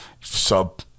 sub